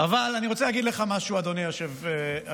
אבל אני רוצה להגיד לך משהו, אדוני היושב בראש: